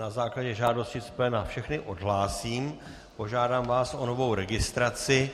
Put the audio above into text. Na základě žádosti z pléna vás všechny odhlásím a požádám vás o novou registraci.